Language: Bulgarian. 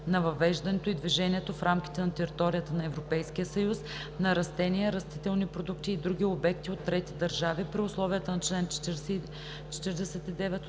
на въвеждането и движението в рамките на територията на Европейския съюз на растения, растителни продукти и други обекти от трети държави при условията на чл. 49